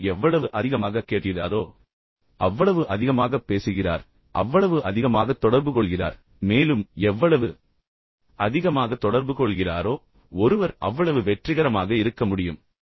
ஒருவர் எவ்வளவு அதிகமாகக் கேட்கிறாரோ அவ்வளவு அதிகமாகப் பேசுகிறார் அவ்வளவு அதிகமாகத் தொடர்புகொள்கிறார் மேலும் எவ்வளவு அதிகமாக தொடர்புகொள்கிறாரோ ஒருவர் அவ்வளவு வெற்றிகரமாக இருக்க முடியும்